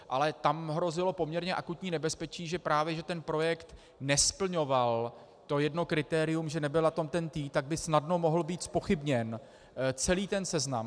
Ale tam hrozilo poměrně akutní nebezpečí, že právě ten projekt nesplňoval to jedno kritérium, že nebyl na tom TENT, tak by snadno mohl být zpochybněn celý ten seznam.